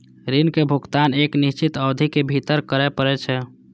ऋण के भुगतान एक निश्चित अवधि के भीतर करय पड़ै छै